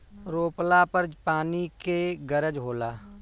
रोपला पर पानी के गरज होला